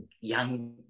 young